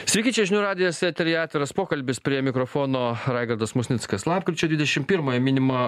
sveiki čia žinių radijas eteryje atviras pokalbis prie mikrofono raigardas musnickas lapkričio dvidešim pirmąją minima